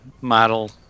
model